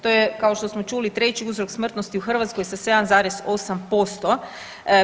To je kao što smo čuli treći uzrok smrtnosti u Hrvatskoj sa 7,8%